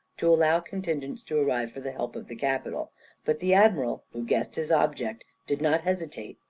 to allow contingents to arrive for the help of the capital but the admiral, who guessed his object, did not hesitate,